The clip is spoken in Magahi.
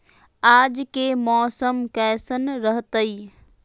आज के मौसम कैसन रहताई?